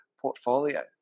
portfolio